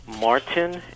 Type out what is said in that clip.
Martin